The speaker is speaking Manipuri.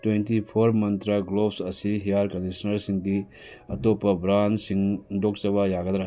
ꯇ꯭ꯋꯦꯟꯇꯤ ꯐꯣꯔ ꯃꯟꯇ꯭ꯔ ꯒ꯭ꯂꯣꯞꯁ ꯑꯁꯤ ꯍꯤꯌꯥꯔ ꯀꯟꯗꯤꯁꯟꯅꯔꯁꯤꯡꯒꯤ ꯑꯇꯣꯞꯄ ꯕ꯭ꯔꯥꯟ ꯁꯤꯟꯗꯣꯛꯆꯕ ꯌꯥꯒꯗ꯭ꯔꯥ